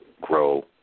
grow